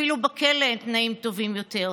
אפילו בכלא התנאים טובים יותר,